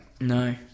No